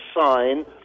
sign